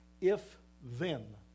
if-then